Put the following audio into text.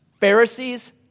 Pharisees